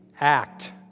act